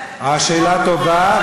השאלה טובה,